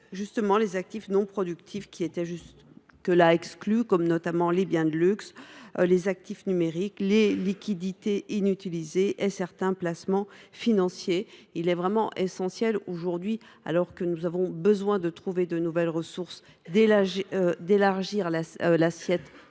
incluant les actifs non productifs qui en étaient exclus, comme les biens de luxe, les actifs numériques, les liquidités inutilisées et certains placements financiers. Il est vraiment essentiel aujourd’hui, alors que nous avons besoin de trouver de nouvelles ressources, d’élargir l’assiette